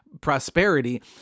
prosperity